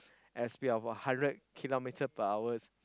at a speed of hundred kilometer per hours